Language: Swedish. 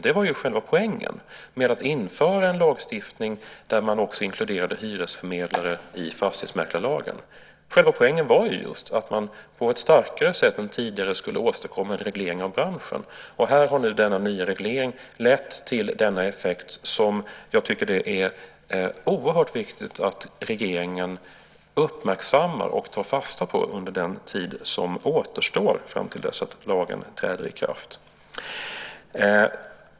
Det var ju själva poängen med att införa en lagstiftning där man också inkluderade hyresförmedlare i fastighetsmäklarlagen. Själva poängen var ju just att man på ett starkare sätt än tidigare skulle åstadkomma en reglering av branschen. Här har nu denna nya reglering lett till denna effekt som jag tycker att det är oerhört viktigt att regeringen uppmärksammar och tar fasta på under den tid som återstår fram till dess att lagen träder i kraft.